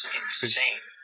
insane